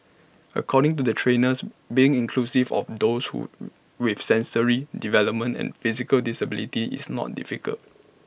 according to the trainers being inclusive of those would with sensory developmental and physical disabilities is not difficult